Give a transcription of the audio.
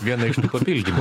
vieną iš tų papildymų